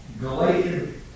Galatians